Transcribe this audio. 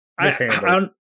mishandled